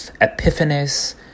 Epiphanes